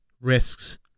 Risk's